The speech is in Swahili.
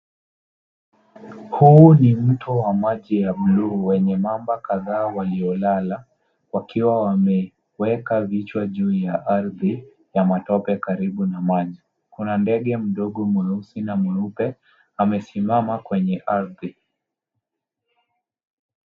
Huu ni mto wa maji ya bluu wenye mamba kadhaa waliolala wakiwa wameweka vichwa juu ya ardhi ya matope karibu na maji. Kuna ndege mdogo mweusi na mweupe wamesimama kwenye ardhi.